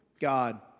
God